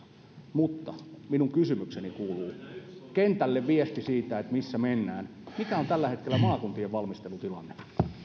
mutta minun kysymykseni kuuluu kentälle viesti siitä missä mennään mikä on tällä hetkellä maakuntien valmistelutilanne